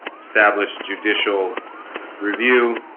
established judicial review